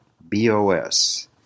BOS